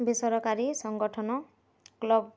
ବେସରକାରୀ ସଂଗଠନ କ୍ଲବ୍